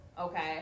Okay